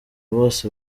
bose